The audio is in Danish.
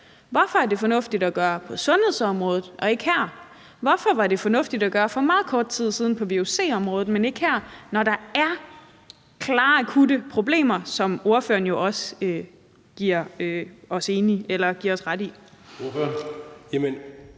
Hvorfor er det fornuftigt at gøre på sundhedsområdet og ikke her? Hvorfor var det fornuftigt at gøre for meget kort tid siden på vuc-området, men ikke her, når der er klare akutte problemer, hvilket ordføreren jo også giver os ret i?